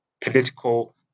political